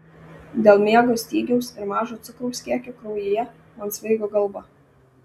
dėl miego stygiaus ir mažo cukraus kiekio kraujyje man svaigo galva